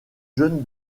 jeune